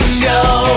show